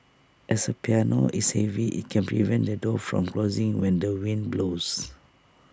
as A piano is heavy IT can prevent the door from closing when the wind blows